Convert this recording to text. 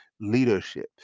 leadership